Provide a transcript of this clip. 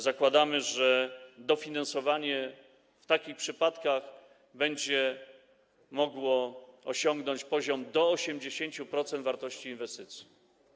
Zakładamy, że dofinansowanie w takich przypadkach będzie mogło osiągnąć poziom do 80% wartości inwestycji.